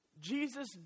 Jesus